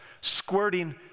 squirting